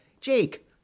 Jake